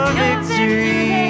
victory